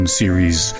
series